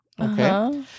Okay